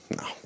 No